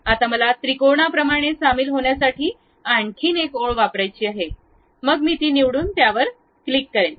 आता मला त्रिकोणाप्रमाणे सामील होण्यासाठी आणखीन एक ओळ वापरायची आहे मग मी ती निवडून त्यावर क्लिक करेन